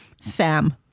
Sam